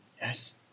Yes